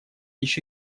еще